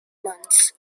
months